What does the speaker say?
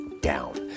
down